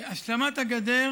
השלמת הגדר